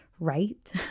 right